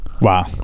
wow